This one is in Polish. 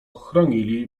chronili